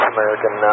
American